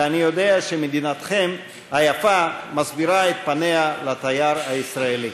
ואני יודע שמדינתכם היפה מסבירה פנים לתייר הישראלי.